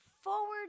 Forward